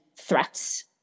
threats